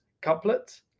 couplet